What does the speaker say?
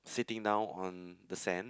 sitting down on the sand